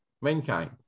mankind